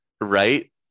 Right